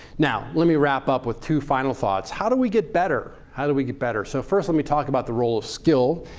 now let me wrap up with two final thoughts. how do we get better? how do we get better? so first let me talk about the role of skill.